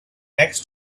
next